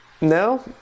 No